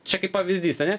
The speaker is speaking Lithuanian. čia kaip pavyzdys ane